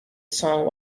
song